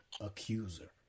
accuser